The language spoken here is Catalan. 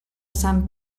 sant